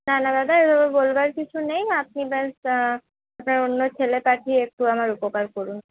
না না দাদা এইভাবে বলবার কিছু নেই আপনি ব্যাস আপনার অন্য ছেলে পাঠিয়ে একটু আমার উপকার করুন